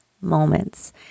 moments